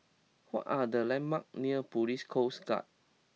what are the landmarks near Police Coast Guard